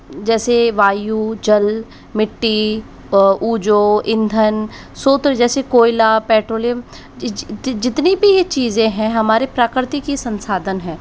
जैसे वायु जल मिट्टी ऊजो इंधन सूत्र जैसे कोयला पेट्रोलियम जितनी भी यह चीज़ें हैं हमारे प्रकृति की संसाधन है